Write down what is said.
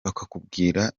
bakakubwira